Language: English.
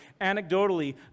anecdotally